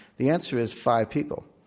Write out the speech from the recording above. the answer is five people,